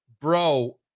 bro